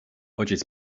ojciec